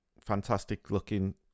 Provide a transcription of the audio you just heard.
fantastic-looking